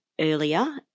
earlier